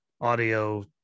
audio